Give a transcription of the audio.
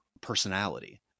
personality